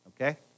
okay